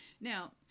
Now